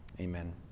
amen